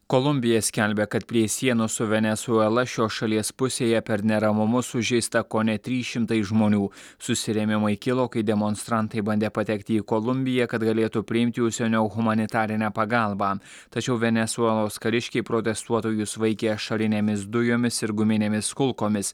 kolumbija skelbia kad prie sienos su venesuela šios šalies pusėje per neramumus sužeista kone trys šimtai žmonių susirėmimai kilo kai demonstrantai bandė patekti į kolumbiją kad galėtų priimti užsienio humanitarinę pagalbą tačiau venesuelos kariškiai protestuotojus vaikė ašarinėmis dujomis ir guminėmis kulkomis